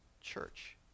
church